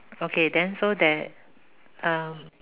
okay then so there um